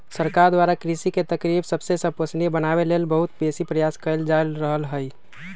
सरकार द्वारा कृषि के तरकिब सबके संपोषणीय बनाबे लेल बहुत बेशी प्रयास कएल जा रहल हइ